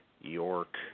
York